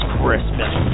Christmas